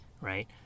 right